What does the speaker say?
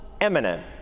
eminent